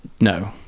no